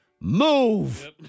move